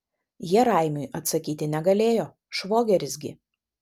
jie raimiui atsakyti negalėjo švogeris gi